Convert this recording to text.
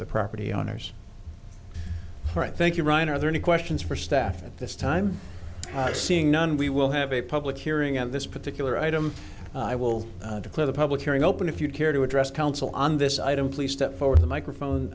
the property owners right thank you brian are there any questions for staff at this time seeing none we will have a public hearing of this particular item i will declare the public hearing open if you care to address council on this item please step the microphone